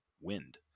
wind